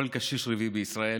כל קשיש רביעי בישראל